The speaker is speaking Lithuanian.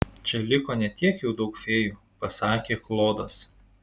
čia liko ne tiek jau daug fėjų pasakė klodas